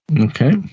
Okay